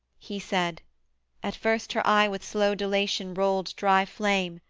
he said at first her eye with slow dilation rolled dry flame,